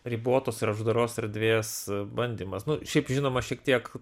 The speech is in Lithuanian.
ribotos ar uždaros erdvės bandymas nu šiaip žinoma šiek tiek